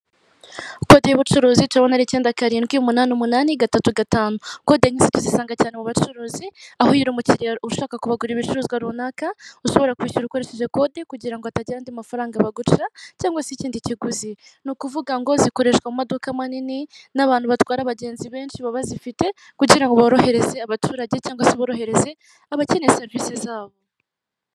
Kode y'ubucuruzi turabona ari icyenda karindwi umunani umunani gatatu gatanu, kode nk'izi tuzisanga cyane mu bacuruzi aho iyo uri umukiriya ushaka kubagurira ibicuruzwa runaka ushobora kwishyura ukoresheje kode kugira ngo hatagira andi mafaranga baguca cyangwa se ikindi kiguzi. Ni ukuvuga ngo zikoreshwa mu maduka manini n'abantu batwara abagenzi benshi baba bazifite kugira ngo borohereze abaturage cyangwa se borohereze abakeneye serivisi zabo.